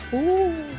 ooh.